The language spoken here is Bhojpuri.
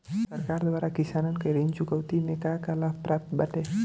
सरकार द्वारा किसानन के ऋण चुकौती में का का लाभ प्राप्त बाटे?